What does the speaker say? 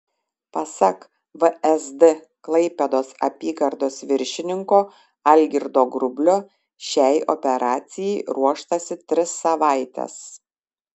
pasak vsd klaipėdos apygardos viršininko algirdo grublio šiai operacijai ruoštasi tris savaites